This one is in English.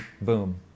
boom